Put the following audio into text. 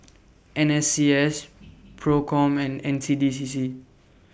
N S C S PROCOM and N C D C C